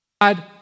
God